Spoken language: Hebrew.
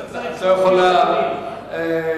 לא צריך כל כך הרבה דיונים.